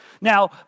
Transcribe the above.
Now